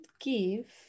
give